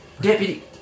Deputy